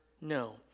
no